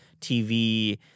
tv